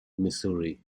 missouri